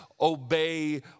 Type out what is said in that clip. obey